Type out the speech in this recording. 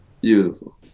Beautiful